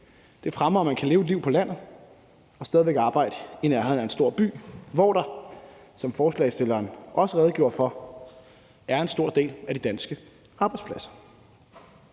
Det fremmer, at man kan leve et liv på landet og stadig væk arbejde i nærheden af en stor by, hvor der, som forslagsstilleren også redegjorde for, er en stor del af de danske arbejdspladser.